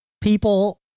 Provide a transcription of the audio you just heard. people